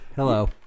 hello